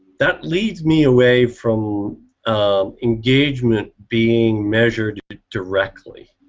that leads me away from um engagement being measured directly.